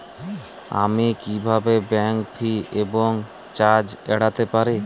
আমি কিভাবে bank fee এবং চার্জ এড়াতে পারি?